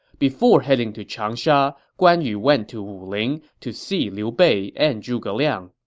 before heading to changsha, guan yu went to wuling to see liu bei and zhuge liang